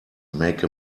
make